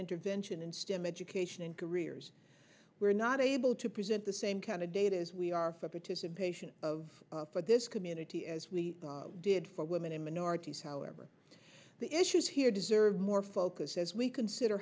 intervention in stem education and careers were not able to present the same candidate as we are for participation of for this community as we did for women and minorities however the issues here deserve more focus as we consider